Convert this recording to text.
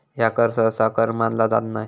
ह्या कर सहसा कर मानला जात नाय